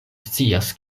scias